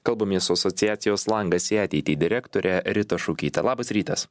kalbamės su asociacijos langas į ateitį direktore rita šukyte labas rytas